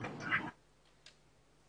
החומרים המ